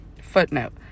Footnote